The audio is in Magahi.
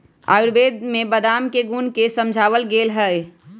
आयुर्वेद में बादाम के गुण के समझावल गैले है